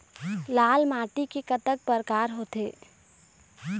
लाल माटी के कतक परकार होथे?